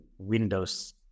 windows